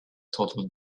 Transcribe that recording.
total